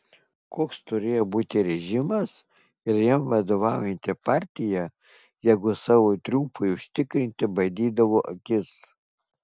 koks turėjo būti režimas ir jam vadovaujanti partija jeigu savo triumfui užtikrinti badydavo akis